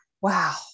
wow